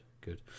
good